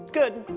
good,